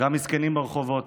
גם מסכנים ברחובות.